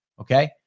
Okay